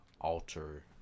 alter